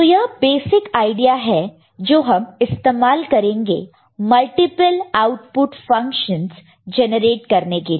तो यह basic idea है जो हम इस्तेमाल करेंगे मल्टीपल आउटपुट फंक्शनस जेनरेट करने के लिए